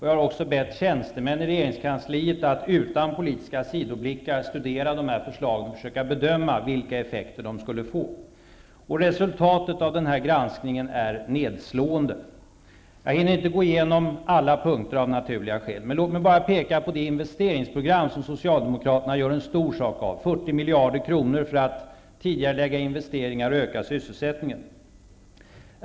Jag har också bett tjänstemän i regeringskansliet att utan politiska sidoblickar studera dessa förslag och bedöma vilka effekter de skulle få. Resultatet av denna granskning är nedslående. Jag hinner inte gå igenom alla punkter av naturliga skäl. Låt mig bara peka på det investeringsprogram som Socialdemokraterna gör en så stor sak av, 40 miljarder kronor för att tidigarelägga investeringar och öka sysselsättningen.